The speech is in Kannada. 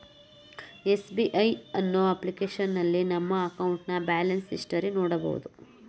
ಎಸ್.ಬಿ.ಐ ಯುನೋ ಅಪ್ಲಿಕೇಶನ್ನಲ್ಲಿ ನಮ್ಮ ಅಕೌಂಟ್ನ ಬ್ಯಾಲೆನ್ಸ್ ಹಿಸ್ಟರಿ ನೋಡಬೋದು